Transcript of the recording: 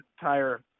entire